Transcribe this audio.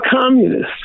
communists